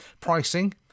Pricing